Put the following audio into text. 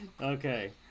Okay